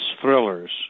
thrillers